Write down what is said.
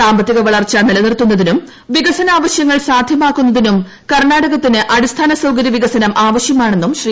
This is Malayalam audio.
സാമ്പത്തിക വളർച്ച നിലനിർത്തുന്നതിനും വികസന ആവശ്യങ്ങൾ സാധ്യമാക്കുന്നതിനും കർണ്ണാടകത്തിന് അടിസ്ഥാന സൌകര്യ വികസനം ആവശ്യമാണെന്നും ശ്രീ